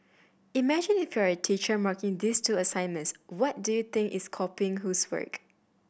imagine if you are a teacher marking these two assignments what do you think is copying whose work